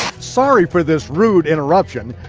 sorry for this rood interruption,